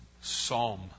psalm